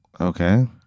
Okay